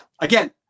again